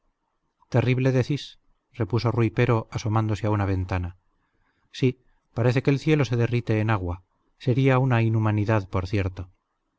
terrible decís repuso rui pero asomándose a una ventana sí parece que el cielo se derrite en agua sería una inhumanidad por cierto